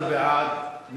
13 בעד.